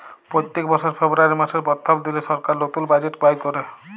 প্যত্তেক বসর ফেব্রুয়ারি মাসের পথ্থম দিলে সরকার লতুল বাজেট বাইর ক্যরে